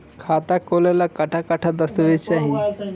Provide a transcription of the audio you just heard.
खाता खोले ला कट्ठा कट्ठा दस्तावेज चाहीं?